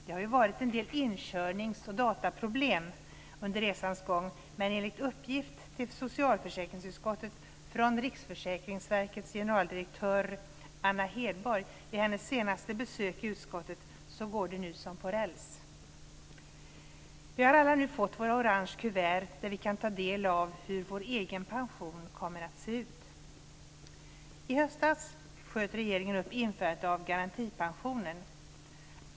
Det har ju varit en del inkörnings och dataproblem under resans gång, men enligt uppgift till socialförsäkringsutskottet från Riksförsäkringsverkets generaldirektör Anna Hedborg vid hennes senaste besök i utskottet går det nu som på räls. Vi har alla nu fått våra orange kuvert där vi kan ta del av hur vår egen pension kommer att se ut. I höstas sköt regeringen upp införandet av garantipensionen.